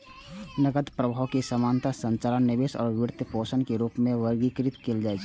नकद प्रवाह कें सामान्यतः संचालन, निवेश आ वित्तपोषण के रूप मे वर्गीकृत कैल जाइ छै